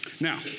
Now